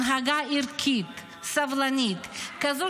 הנהגה ערכית, סבלנית, כזו